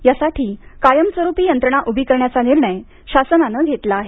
यासाठी कायमस्वरूपी यंत्रणा उभी करण्याचा निर्णय शासनानं घेतला आहे